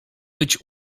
być